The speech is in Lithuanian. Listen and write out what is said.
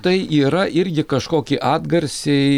tai yra irgi kažkoki atgarsiai